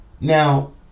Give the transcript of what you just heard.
Now